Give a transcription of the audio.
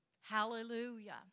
Hallelujah